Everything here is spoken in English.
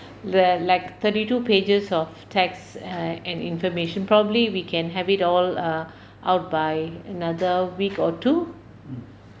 there are like thirty two pages of text and information probably we can have it all err out by another week or two